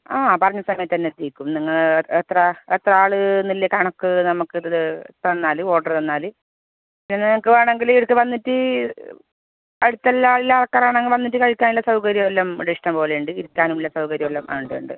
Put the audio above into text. ആ പറഞ്ഞ സമയത്തുതന്നെ എത്തിക്കും നിങ്ങൾ എത്ര എത്ര ആളെന്നുള്ള കണക്ക് നമുക്ക് ഇത് തന്നാൽ ഓർഡർ തന്നാൽ പിന്നെ നിങ്ങൾക്ക് വേണമെങ്കിൽ ഇവിടെ വന്നിട്ട് അടുത്തുള്ള എല്ലാ അൾക്കാരാണെങ്കിൽ വന്നിട്ട് കഴിക്കാനുള്ള സൗകര്യം എല്ലാം ഇവിടെ ഇഷ്ടം പോലെ ഉണ്ട് ഇരിക്കാനുള്ള സൗകര്യം എല്ലാം ഉണ്ട് ഉണ്ട്